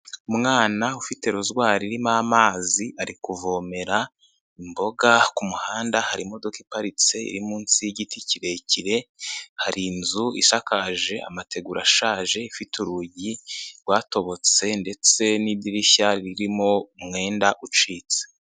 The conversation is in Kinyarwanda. Umwana ufite rozwari irimo amazi ari kuvomera imboga, ku muhanda hari imodoka iparitse iri munsi y'igiti kirekire, hari inzu isakaje amateguru ashaje ifite urugi rwatobotse ndetse n'idirishya ririmo umwenda ucitse.